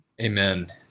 amen